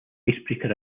icebreaker